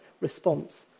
response